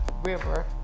river